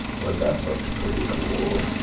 but that looked pretty cool!